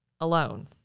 alone